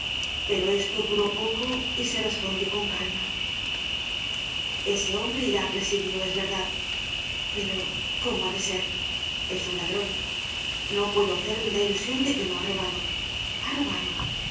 pero esto duró poco y se respondió con calma ese hombre irá á presidio es verdad pero cómo ha de ser es un ladron no puedo hacerme la ilusion de que no ha robado ha robado